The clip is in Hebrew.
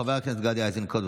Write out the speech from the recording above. חבר הכנסת גדי איזנקוט.